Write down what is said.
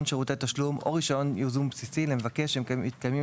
שירותי תשלום או רישיון ייזום בסיסי למבקש שמתקיימים